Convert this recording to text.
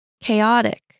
Chaotic